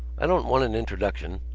i don't want an introduction.